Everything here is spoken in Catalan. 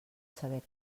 saber